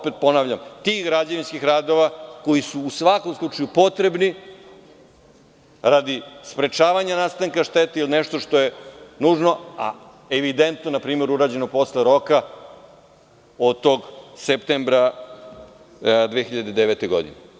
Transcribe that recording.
Ponavljam tih građevinskog radova koji su u svakom slučaju potrebni radi sprečavanja nastanka štete, jer to je nešto što je nužno, a evidentno je da je urađeno posle roka od tog septembra 2009. godine.